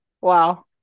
wow